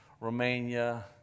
Romania